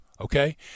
okay